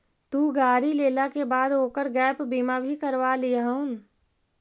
तु गाड़ी लेला के बाद ओकर गैप बीमा भी करवा लियहून